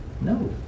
No